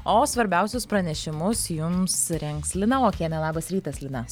o svarbiausius pranešimus jums rengs lina okienė labas rytas lina